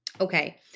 Okay